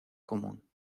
común